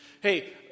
Hey